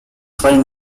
foreign